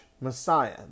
Messiah